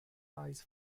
eyes